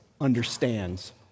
understands